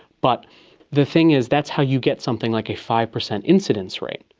but the thing is, that's how you get something like a five percent incidence rate.